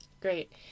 great